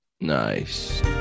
Nice